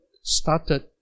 started